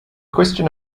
question